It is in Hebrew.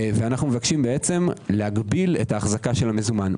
אנו מבקשים להגביל בעצם את החזקת המוזמן.